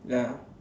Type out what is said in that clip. ya